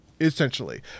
essentially